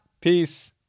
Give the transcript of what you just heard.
peace